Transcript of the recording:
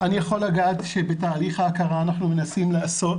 אני יכול לגעת שבתהליך ההכרה אנחנו מנסים לעשות,